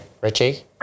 Richie